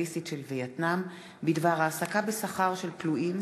הסוציאליסטית של וייטנאם בדבר העסקה בשכר של תלויים